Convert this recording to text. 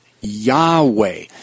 Yahweh